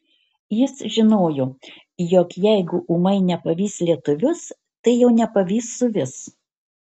jis žinojo jog jeigu ūmai nepavys lietuvius tai jau nepavys suvis